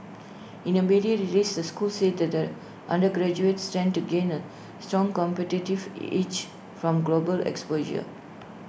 in A media release the school said that undergraduates stand to gain A strong competitive edge from global exposure